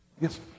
Yes